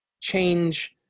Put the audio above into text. change